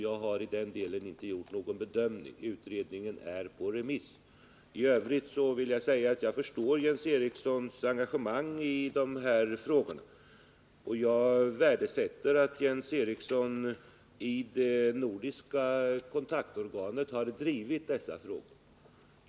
Jag har i den delen inte gjort någon bedömning — utredningens betänkande är på remiss. I övrigt vill jag säga att jag förstår Jens Erikssons engagemang i de här frågorna, och jag värdesätter att Jens Eriksson i det nordiska kontaktorganet har drivit frågorna.